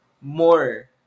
more